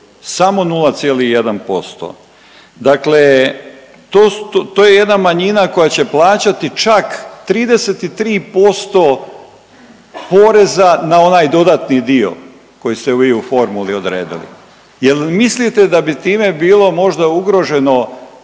Samo 0,1%. Dakle to je jedna manjina koja će plaćati čak 33% poreza na onaj dodatni dio koji ste vi u formuli odredili. Je li mislite da bi time bilo možda ugroženo